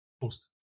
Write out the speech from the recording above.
Post